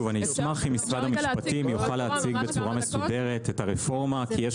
אני אשמח אם משרד המשפטים יוכל להציג בצורה מסודרת את הרפורמה כי יש